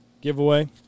giveaway